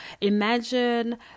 Imagine